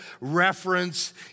reference